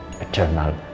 eternal